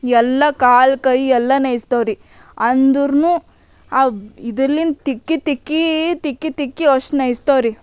ಎಲ್ಲ ಕಾಲು ಕೈ ಎಲ್ಲ ನೋಯ್ಸ್ತವ್ರಿ ಅಂದ್ರೂನು ಆ ಇದಿಲ್ಲಿಂದ ತಿಕ್ಕಿ ತಿಕ್ಕಿ ತಿಕ್ಕಿ ತಿಕ್ಕಿ ಅಷ್ಟು ನೋಯ್ಸ್ತವ್ರಿ